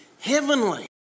heavenly